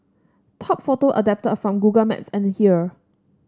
top photo adapted from Google Maps and here